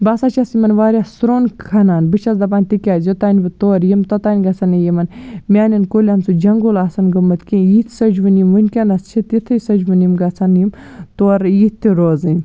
بہٕ ہسا چھَس یِمَن واریاہ سرٛوٚن کھنان بہٕ چھَس دپان تِکیٛازِ یوٚتام بہٕ تورٕ یِمہٕ توٚتام گژھَن نہٕ یِمَن میٛانٮ۪ن کُلٮ۪ن سُہ جنٛگُل آسُن گوٚمُت کیٚنہہ یِتہِ سٔجوٕنۍ یِم وٕنۍکٮ۪نَس چھِ تِتھی سٔجوٕنۍ یِم گَژھن یِم تورٕ یِتھ تہِ روزٕنۍ